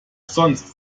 sonst